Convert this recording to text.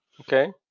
Okay